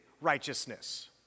righteousness